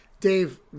Dave